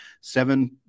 seven